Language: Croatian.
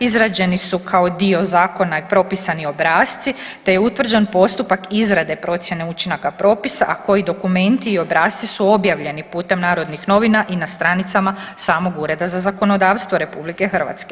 Izrađeni su kao dio zakona i propisani obrasci, te je utvrđen postupak izrade procjene učinaka propisa a koji dokumenti i obrasci su objavljeni putem Narodnih novina i na stranicama samog Ureda za zakonodavstvo RH.